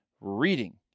reading